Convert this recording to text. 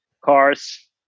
cars